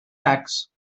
tacks